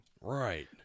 Right